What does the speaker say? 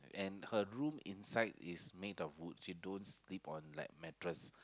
and her room inside is make of wood she don't sleep on like mattress